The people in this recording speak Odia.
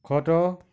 ଖଟ